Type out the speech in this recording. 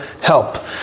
help